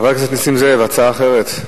חבר הכנסת נסים זאב, הצעה אחרת.